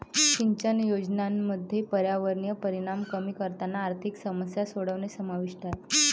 सिंचन योजनांमध्ये पर्यावरणीय परिणाम कमी करताना आर्थिक समस्या सोडवणे समाविष्ट आहे